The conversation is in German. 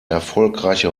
erfolgreiche